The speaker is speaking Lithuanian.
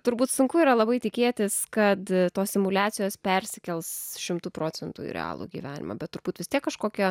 turbūt sunku yra labai tikėtis kad tos simuliacijos persikels šimtu procentų į realų gyvenimą bet turbūt vis tiek kažkokia